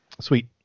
sweet